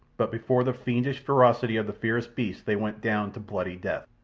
but before the fiendish ferocity of the fierce beasts they went down to bloody death.